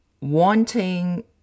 wanting